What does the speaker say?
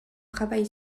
travail